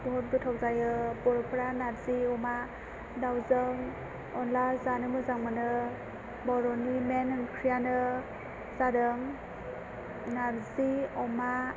बहुत गोथाव जायो बर'फोरा नार्जि अमा दावजों अनला जानो मोजां मोनो बर'नि मेन ओंख्रियानो जादों नार्जि अमा